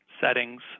settings